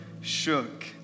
shook